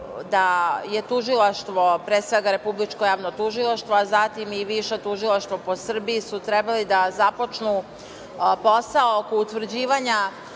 da je tužilaštvo, pre svega, Republičko javno tužilaštvo, a zatim i viša tužilaštva po Srbiji, su trebali da započnu posao oko utvrđivanja